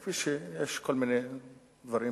כפי שיש כל מיני דברים,